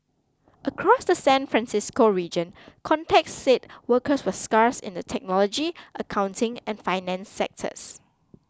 across the San Francisco region contacts said workers were scarce in the technology accounting and finance sectors